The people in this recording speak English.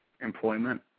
employment